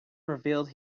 revealed